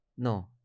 no